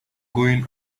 going